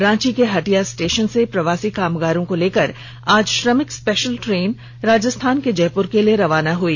रांची के हटिया स्टेषन से प्रवासी कामगारों को लेकर आज श्रमिक स्पेषल ट्रेन राजस्थान के जयप्र के लिए रवाना हई